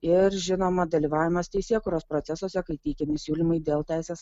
ir žinoma dalyvavimas teisėkūros procesuose kai teikiami siūlymai dėl teisės